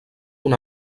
una